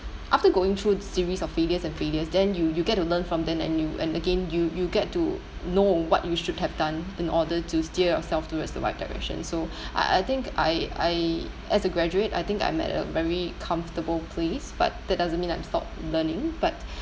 after going through this series of failures and failures then you you get to learn from them and you and again you you get to know what you should have done in order to steer yourself towards the right direction so I I think I I as a graduate I think that I'm at a very comfortable place but that doesn't mean I've stopped learning but